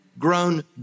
grown